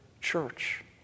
church